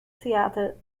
theater